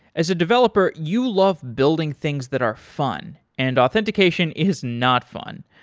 as a developer, you love building things that are fun, and authentication is not fun.